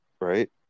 right